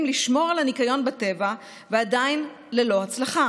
לשמור על הניקיון בטבע ועדיין ללא הצלחה?